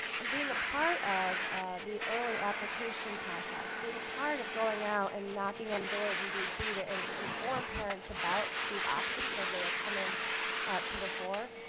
and being part of the early application process, being part of going out and knocking on doors in d c. and inform parents about these options, as they were coming to the fore,